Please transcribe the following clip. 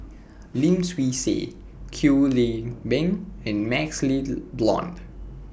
Lim Swee Say Kwek Leng Beng and MaxLe Blond